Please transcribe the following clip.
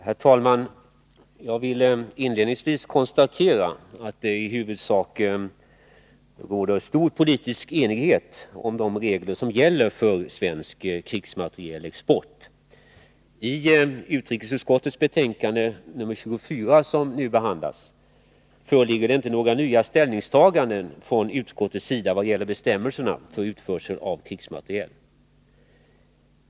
Herr talman! Jag vill inledningsvis konstatera att det i huvudsak råder stor politisk enighet om de regler som gäller för svensk krigsmaterielexport. I utrikesutskottets betänkande nr 24, som nu behandlas, föreligger inte några nya ställningstaganden från utskottets sida vad gäller bestämmelserna för utförsel av krigsmateriel.